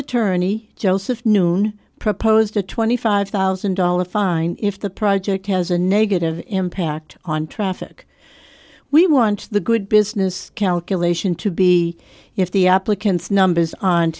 attorney joseph noon proposed a twenty five thousand dollars fine if the project has a negative impact on traffic we want the good business calculation to be if the applicants numbers